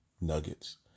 nuggets